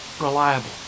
reliable